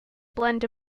blend